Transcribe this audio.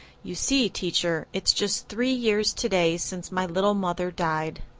you see, teacher, it's just three years today since my little mother died.